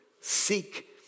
seek